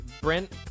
Brent